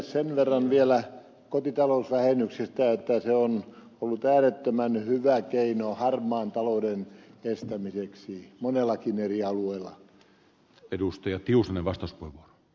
sen verran vielä kotitalousvähennyksestä että se on ollut äärettömän hyvä keino harmaan talouden estämiseksi monellakin eri alueella